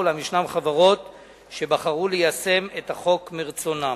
אולם ישנן חברות שבחרו ליישם את התקן מרצונן.